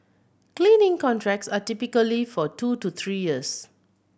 cleaning contracts are typically for two to three years